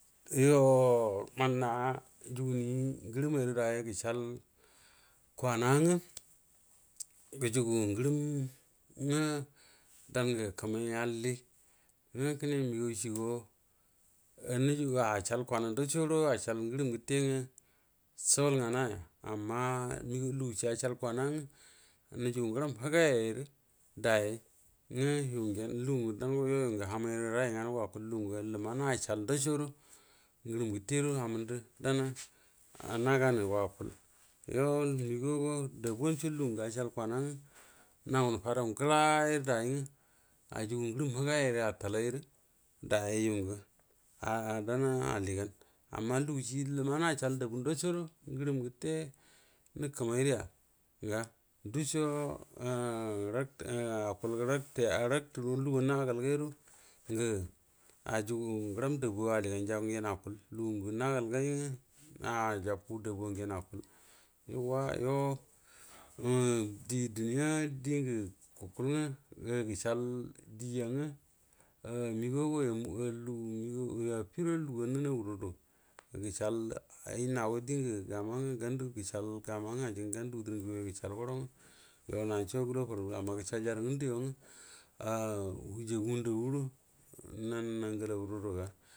You mənna juguni ngərəm ayrə day yay gəcoal kwana ngwə, guju gu ngərəm ngwə dan ngə kamay alli ngwə kənə magəaw ciə go nəjigə acəal kwana ndaco gudo acəal ngərəm gəte ngwo cugol nganaya amma lugucie acəal kwana nəwə nujugu ngwə lugu ngə hamay you yungə rayi ngnəgo akual, lugu ngwə lem an acoal dida co gu do ngərom gəte gudo amandu danna najanu go akual, you məgəaw go dabu an co tugun acəal kwana ngwo nagun fadau ngəla ayrə dayyai ngwə ajugu ngərəm həgay ari attalay rə dayayi yungə au dam alli gan amma lugu cie leman aceral dabu ndalo gudo ngarom gəte nə kamaira ga nduco rak te akual, go raka rakfu gudu lufiun na gal gaw guəro ahugu na əram dabu sa aligan ngə jia gyen akuel, lugu na gal nwə acəfu dabu’a gyən akual, yaw w you umh die duniya dingə gukual gəcsal dieya, məgaw ya mugu, affi guəro lufuwa go nənu guu ruda, gə cəal ay nago oiengu gamo ngwə gamdy wudir ngagu gəcəal guəora ngwə you naco gəjuna furo weluga ammma greasal ya rə ngən yo an hujju gu gundu guəro narn angalu rudə ga.